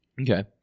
Okay